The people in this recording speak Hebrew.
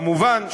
כמובן,